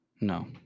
No